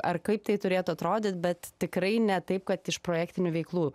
ar kaip tai turėtų atrodyt bet tikrai ne taip kad iš projektinių veiklų